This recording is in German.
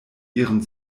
ihren